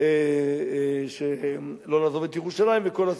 לא לעזוב את ירושלים, וכל הסיפור.